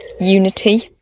unity